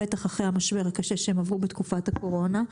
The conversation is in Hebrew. בטח אחרי המשבר הקשה שהם עברו בתקופת הקורונה.